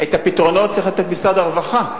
את הפתרונות צריך לתת משרד הרווחה,